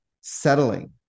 settling